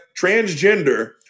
transgender